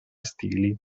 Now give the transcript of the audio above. stili